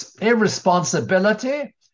irresponsibility